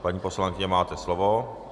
Paní poslankyně, máte slovo.